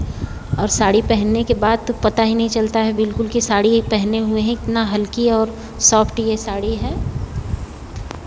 और साड़ी पहनने के बाद तो पता ही नहीं चलता है बिलकुल की साड़ी एक पहने हुए हैं इतनी हल्की और सॉफ्ट यह साड़ी है